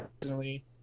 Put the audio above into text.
personally